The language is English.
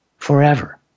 forever